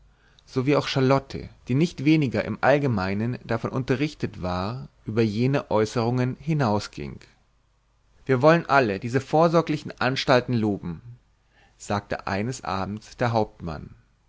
so wie auch charlotte die nicht weniger im allgemeinen davon unterrichtet war über jene äußerungen hinausging wir wollen alle diese vorsorglichen anstalten loben sagte eines abends der hauptmann